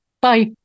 Bye